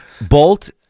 Bolt